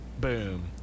Boom